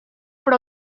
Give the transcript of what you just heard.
però